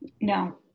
No